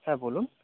হ্যাঁ বলুন